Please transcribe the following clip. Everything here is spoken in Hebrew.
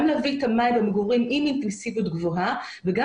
גם להביא את המים למגורים עם אינטנסיביות גבוהה וגם